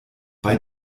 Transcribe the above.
bei